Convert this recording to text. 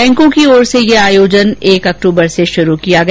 बैंकों की ओर से यह आयोजन एक अक्टूबर से शुरू किया गया